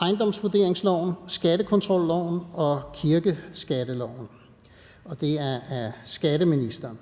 ejendomsvurderingsloven, skattekontrolloven og kildeskatteloven. (Stigningsbegrænsningsordning